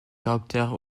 caractère